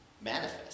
manifest